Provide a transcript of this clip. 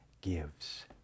gives